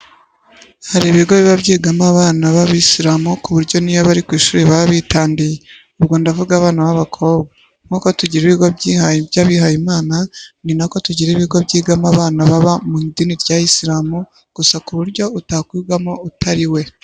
Hari ibigo biba byigamo abana b'abisiramu ku buryo n'iyo bari ku ishuri baba bitandiye, ubwo ndavuga abana b'abakobwa. Nk'uko tugira ibigo by'abihaye Imana, ni na ko tugira ibigo byigamo abana baba mu idini ya isiramu gusa ku buryo utakwigamo utari we.